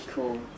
Cool